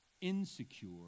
insecure